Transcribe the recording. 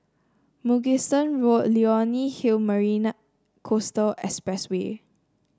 Mugliston Road Leonie Hill Marina Coastal Expressway